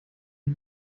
die